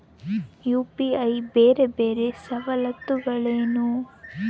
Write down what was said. UPI ಬೇರೆ ಬೇರೆ ಸವಲತ್ತುಗಳೇನು?